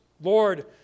Lord